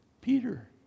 Peter